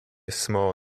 small